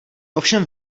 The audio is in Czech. ovšem